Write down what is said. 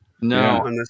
No